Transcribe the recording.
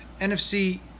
NFC